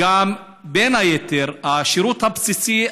ובין היתר השירות הבסיסי,